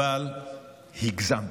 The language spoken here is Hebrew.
אבל הגזמת,